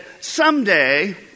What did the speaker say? someday